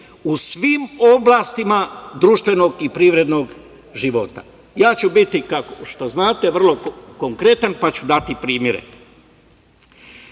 u svim oblastima društvenog i privrednog života. Ja ću biti, kao što znate, vrlo konkretan pa ću dati